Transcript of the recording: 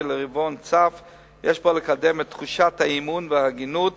לרבעון צף יש בה לקדם את תחושת האמון וההגינות